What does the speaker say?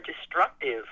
destructive